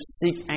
seek